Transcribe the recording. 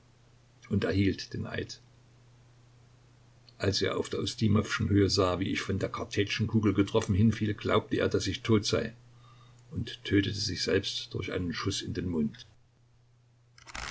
und er hielt den eid als er auf der ustimowschen höhe sah wie ich von der kartätschenkugel getroffen hinfiel glaubte er daß ich tot sei und tötete sich selbst durch einen schuß in den mund